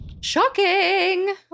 Shocking